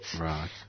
Right